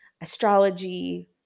astrology